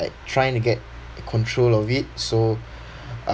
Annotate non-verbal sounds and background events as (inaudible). trying to get control of it so (breath)